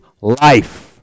life